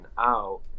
out